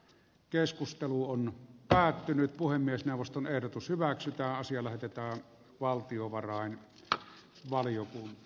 keskustelu on päättynyt puhemiesneuvoston ehdotus hyväksytään siellä pitää valtiovarain ja valion